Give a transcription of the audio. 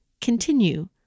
continue